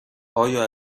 آیا